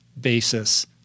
basis